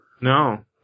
No